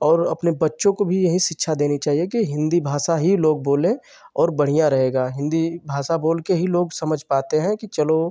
और अपने बच्चों को भी यही शिक्षा देनी चाहिए कि हिन्दी भाषा ही लोग बोलें और बढ़ियाँ रहेगा हिन्दी भाषा बोलकर ही लोग समझ पाते हैं कि चलो